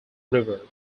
river